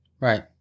Right